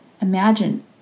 Imagine